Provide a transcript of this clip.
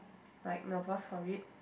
like nervous for it